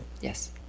Yes